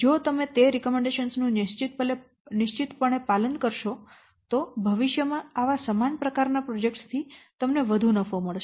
જો તમે તે ભલામણો નું નિશ્ચિતપણે પાલન કરશો તો ભવિષ્ય માં આવા સમાન પ્રકારના પ્રોજેક્ટ્સ થી તમને વધુ નફો મળશે